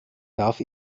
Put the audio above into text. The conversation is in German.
darf